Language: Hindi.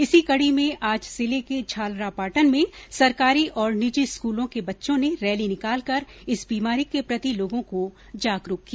इसी कडी में आज जिले के झालरापाटन में सरकारी और निजी स्कूलों के बच्चों ने रैली निकालकर इस बीमारी के प्रति लोगों को जागरूक किया